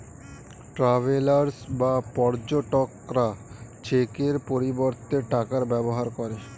travellers বা পর্যটকরা চেকের পরিবর্তে টাকার ব্যবহার করে